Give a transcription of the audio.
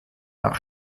nach